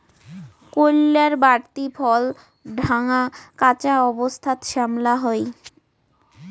কইল্লার বাড়তি ফল ঢাঙা, কাঁচা অবস্থাত শ্যামলা হই